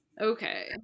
okay